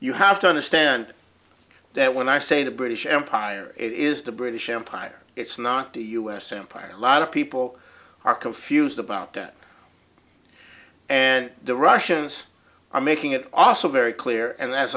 you have to understand that when i say the british empire it is the british empire it's not the us empire a lot of people are confused about that and the russians are making it also very clear and